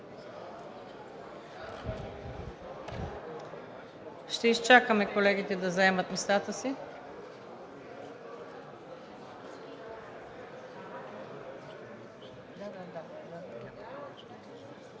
Да изчакаме колегите да заемат местата си